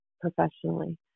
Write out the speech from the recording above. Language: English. professionally